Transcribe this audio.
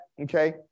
okay